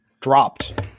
dropped